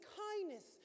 kindness